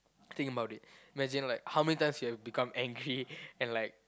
think about it imagine like how many times you have become angry and like